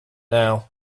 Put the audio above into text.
now